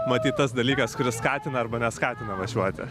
matyt tas dalykas kuris skatina arba neskatina važiuoti